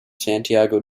santiago